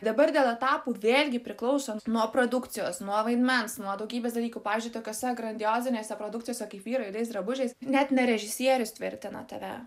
dabar dėl etapų vėlgi priklauso nuo produkcijos nuo vaidmens nuo daugybės dalykų pavyzdžiui tokiose grandiozinėse produkcijose kaip vyrai juodais drabužiais net ne režisierius tvirtina tave